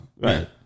Right